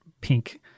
pink